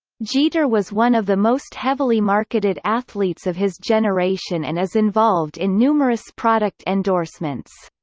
jeter was one of the most heavily marketed athletes of his generation and is involved in numerous product endorsements.